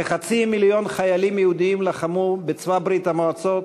כחצי מיליון חיילים יהודים לחמו בצבא ברית-המועצות,